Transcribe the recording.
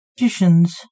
Magicians